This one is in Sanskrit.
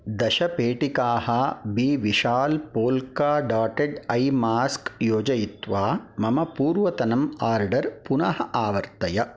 दश पेटिकाः बी विशाल् पोल्का डोट्टेड् ऐ मास्क् योजयित्वा मम पूर्वतनम् आर्डर् पुनः आवर्तय